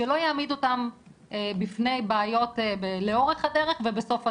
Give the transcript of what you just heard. שלא יעמיד אותם בפני בעיות לאורך הדרך ובסוף הדרך,